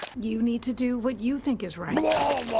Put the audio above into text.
you need to do what you think is right.